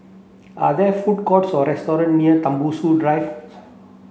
are there food courts or restaurant near Tembusu Drive